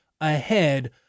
ahead